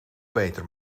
beter